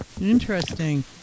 Interesting